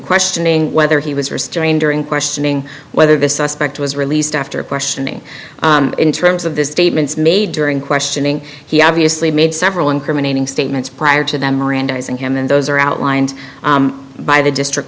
questioning whether he was restrained during questioning whether the suspect was released after questioning in terms of the statements made during questioning he obviously made several incriminating statements prior to them mirandizing him and those are outlined by the district